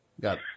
Got